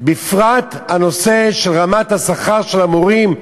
בפרט הנושא של רמת השכר של המורים,